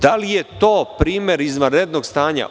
Da li je to primer izvanrednog stanja?